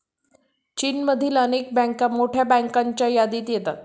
चीनमधील अनेक बँका मोठ्या बँकांच्या यादीत येतात